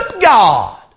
God